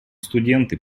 студенты